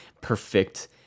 perfect